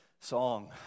song